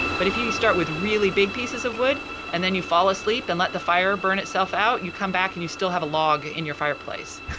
but if you you start with really big pieces of wood and then you fall asleep and let the fire burn itself out, you come back and you still have a log in your fireplace.